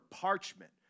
parchment